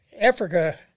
Africa